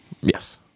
yes